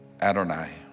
Adonai